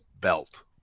belt